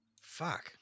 Fuck